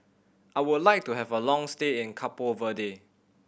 I would like to have a long stay in Cabo Verde